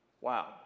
Wow